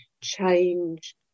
change